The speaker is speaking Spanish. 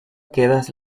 quedas